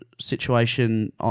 situation